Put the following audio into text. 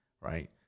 right